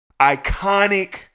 iconic